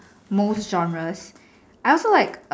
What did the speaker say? most genres I also like